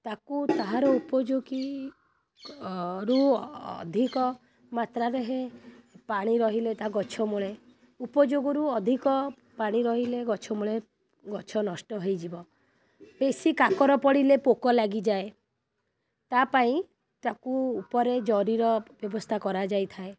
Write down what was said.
ତାକୁ ତାହାର ଉପଯୋଗୀ ରୁ ଅଧିକ ମାତ୍ରାରେ ପାଣି ରହିଲେ ତା ଗଛ ମୂଳେ ଉପଯୋଗରୁ ଅଧିକ ପାଣି ରହିଲେ ଗଛ ମୂଳେ ଗଛ ନଷ୍ଟ ହେଇଯିବ ବେଶୀ କାକର ପଡ଼ିଲେ ପୋକ ଲାଗିଯାଏ ତା'ପାଇଁ ତାକୁ ଉପରେ ଜରିର ବ୍ୟବସ୍ଥା କରାଯାଇଥାଏ